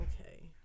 okay